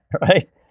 right